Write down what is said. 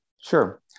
Sure